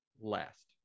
Last